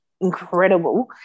incredible